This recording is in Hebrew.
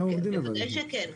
בוודאי שכן.